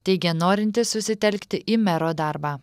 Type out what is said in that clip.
teigė norintis susitelkti į mero darbą